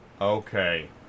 okay